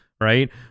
right